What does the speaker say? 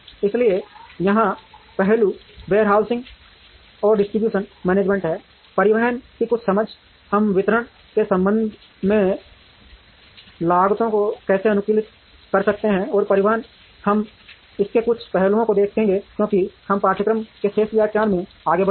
इसलिए यहाँ पहलू वेयरहाउसिंग और डिस्ट्रीब्यूशन मैनेजमेंट हैं परिवहन की कुछ समझ हम वितरण के संबंध में लागतों को कैसे अनुकूलित कर सकते हैं और परिवहन हम इसके कुछ पहलुओं को देखेंगे क्योंकि हम पाठ्यक्रम में शेष व्याख्यान में आगे बढ़ते हैं